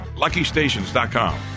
LuckyStations.com